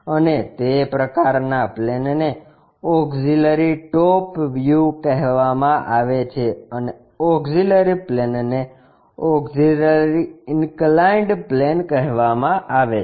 અને તે પ્રકારના પ્લેનને ઓક્ષીલરી ટોપ વ્યુ કહેવામાં આવે છે અને ઓક્ષીલરી પ્લેનને ઓક્ષીલરી ઇન્કલાઇન્ડ પ્લેન કહેવામાં આવે છે